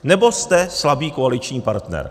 Nebo jste slabý koaliční partner.